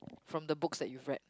from the books that you've read